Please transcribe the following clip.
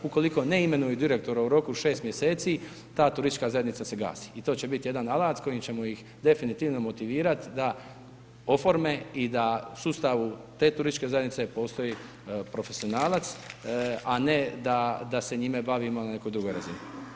Ukoliko ne imenuju direktora u roku od 6 mjeseci, ta turistička zajednica se gasi i to će biti jedan alat s kojim ćemo ih definitivno motivirati da oforme i da u sustavu te turističke zajednice postoji profesionalac, a ne da se njime bavimo na nekoj drugoj razini.